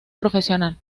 profesional